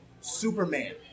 Superman